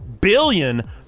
billion